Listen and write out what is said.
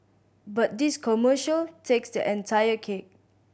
but this commercial takes the entire cake